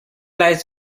lights